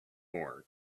more